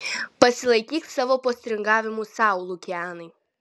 pasilaikyk savo postringavimus sau lukianai